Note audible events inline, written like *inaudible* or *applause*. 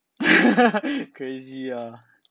*laughs* crazy ah